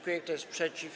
Kto jest przeciw?